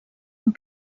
amb